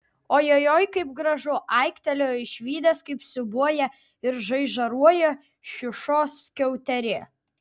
ojojoi kaip gražu aiktelėjo išvydęs kaip siūbuoja ir žaižaruoja šiušos skiauterė